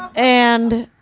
and,